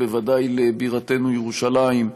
ובוודאי לבירתנו ירושלים,